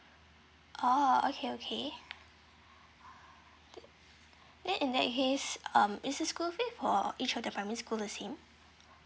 oh okay okay then in that case um is this school fees for each of primary school the same